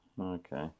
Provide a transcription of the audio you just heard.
okay